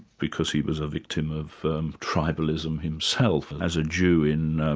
because he was a victim of tribalism himself as a jew in